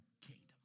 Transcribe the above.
kingdom